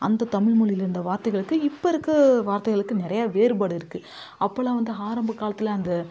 அந்த தமிழ் மொழியிலிருந்த வார்த்தைகளுக்கும் இப்போ இருக்கற வார்த்தைகளுக்கும் நிறையா வேறுபாடு இருக்குது அப்போவெல்லாம் வந்து ஆரம்ப காலத்தில் அந்த